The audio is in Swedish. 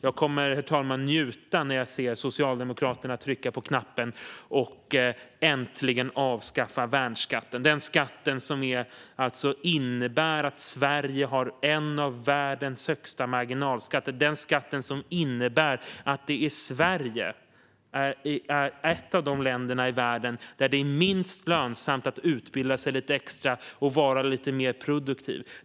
Jag kommer att njuta, herr talman, när jag ser Socialdemokraterna trycka på knappen och äntligen avskaffa värnskatten. Den skatt som innebär att Sverige har en av världens högsta marginalskatter. Den skatt som innebär att Sverige är ett av de länder i världen där det är minst lönsamt att utbilda sig lite extra och vara lite mer produktiv.